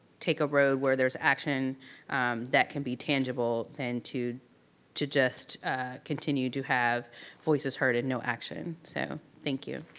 take a road where there's action that can be tangible than to to just continue to have voices heard and no action. action. so, thank you.